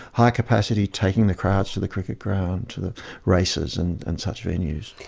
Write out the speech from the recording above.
high capacity, taking the crowds to the cricket ground, to the races, and and such venues.